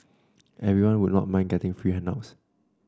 everyone would not mind getting free handouts